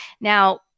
Now